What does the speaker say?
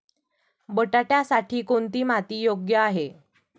बटाट्यासाठी कोणती माती योग्य आहे?